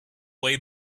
way